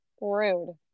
Rude